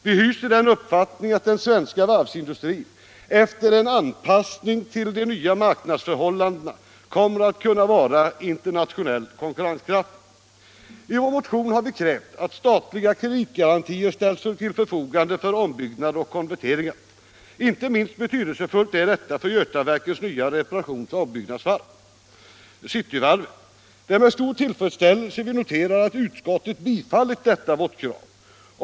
Vi hyser den uppfattningen att den svenska varvsindustrin, efter en anpassning till de nya marknadsförhållandena, kommer att kunna vara internationellt konkurrenskraftig. I vår motion har vi krävt att statliga kreditgarantier ställs till förfogande för ombyggnad och konverteringar. Inte minst betydelsefullt är detta för Götaverkens nya reparationsoch ombyggnadsvarv, Cityvarvet. Det är med stor tillfredsställelse vi noterar att utskottet bifallit detta vårt krav.